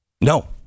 no